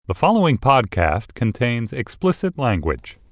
the following podcast contains explicit language